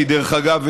דרך אגב,